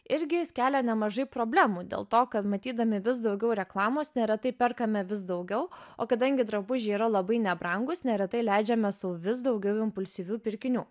irgi kelia nemažai problemų dėl to kad matydami vis daugiau reklamos neretai perkame vis daugiau o kadangi drabužiai yra labai nebrangūs neretai leidžiame sau vis daugiau impulsyvių pirkinių